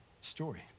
story